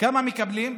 כמה מקבלים?